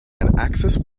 access